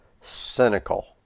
cynical